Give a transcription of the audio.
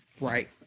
Right